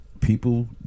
people